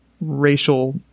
racial